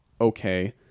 okay